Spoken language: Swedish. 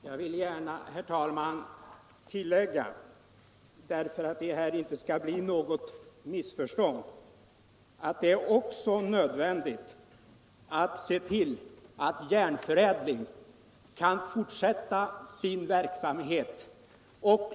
Herr talman! För att här inte skall bli något missförstånd vill jag gärna tillägga att det också är nödvändigt att se tills att AB Järnförädling kan ” fortsätta sin verksamhet.